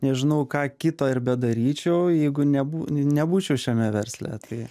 nežinau ką kito ir bedaryčiau jeigu nebū nebūčiau šiame versle tai